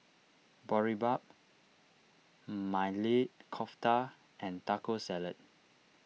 Boribap Maili Kofta and Taco Salad